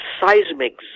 seismic